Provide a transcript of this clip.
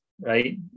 right